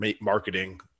marketing